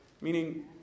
meaning